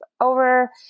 over